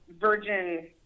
virgin